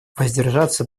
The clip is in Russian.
воздержаться